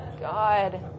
God